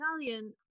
Italian